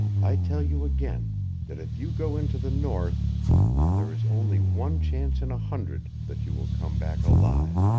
i tell you again that if you go into the north there is only one chance in a hundred that you will come back alive.